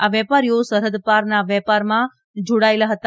આ વેપારીઓ સરહદ પારના વેપારમાં જાડાયેલા હતા